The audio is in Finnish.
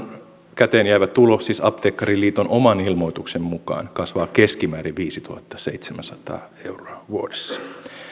käteen jäävä tulo siis apteekkariliiton oman ilmoituksen mukaan kasvaa keskimäärin viisituhattaseitsemänsataa euroa vuodessa